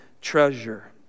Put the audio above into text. treasure